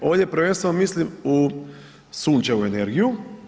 Ovdje prvenstveno mislim u sunčevu energiju.